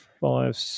five